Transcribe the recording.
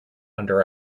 under